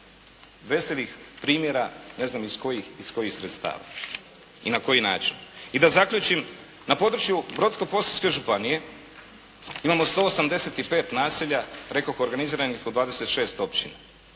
veselih primjera, ne znam iz kojih sredstava i na koji način. I da zaključim. Na području Brodsko-posavske županije imamo 185 naselja, rekoh organiziranih u 26 općina.